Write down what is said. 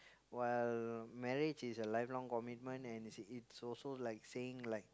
while marriage is a lifelong commitment and it's also like saying like